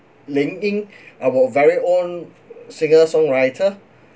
ling ying our very own singer songwriter